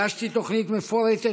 הגשתי תוכנית מפורטת,